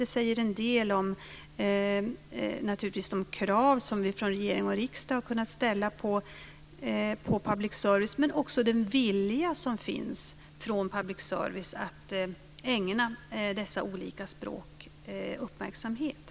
Detta säger en del om de krav som vi från regering och riksdag har kunnat ställa på public service men också om den vilja som finns från public service att ägna dessa olika språk uppmärksamhet.